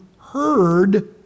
heard